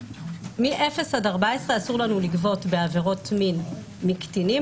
מאפס עד 14 אסור לנו לגבות בעבירות מין מקטינים,